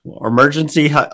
emergency